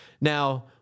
Now